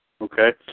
Okay